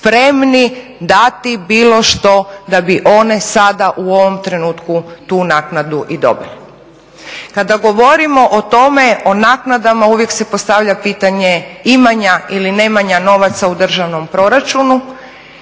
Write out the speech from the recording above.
spremni dati bilo što da bi one sada u ovom trenutku tu naknadu i dobile. Kada govorimo o tome, o naknadama, uvijek se postavlja pitanje imanja ili neimanja novaca u državnom proračunu